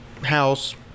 house